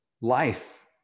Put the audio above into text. Life